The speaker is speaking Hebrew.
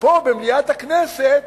פה במליאת הכנסת,